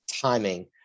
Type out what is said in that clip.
timing